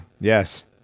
yes